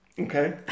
Okay